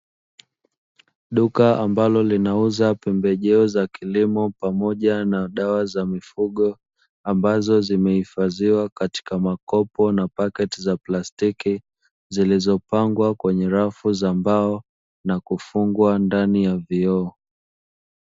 Duka ambalo linauza pembejeo za kilimo pamoja na dawa za mifugo ambazo zimehifadhiwa katika makopo na pakiti za plastiki, zilizopangwa kwenye rafu za mbao na kufungwa ndani ya vioo.